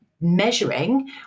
measuring